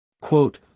Quote